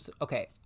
Okay